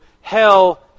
hell